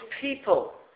people